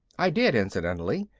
i did, incidentally.